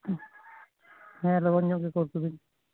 ᱦᱮᱸ ᱞᱚᱜᱚᱱ ᱧᱚᱜ ᱜᱮ ᱵᱷᱮᱡᱟ ᱠᱚᱵᱤᱱ